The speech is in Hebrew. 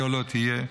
היה לא תהיה,